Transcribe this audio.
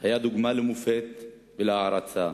היה דוגמה ומופת ומושא הערצה